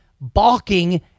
balking